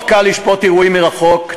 מאוד קל לשפוט אירועים מרחוק,